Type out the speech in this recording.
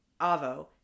Avo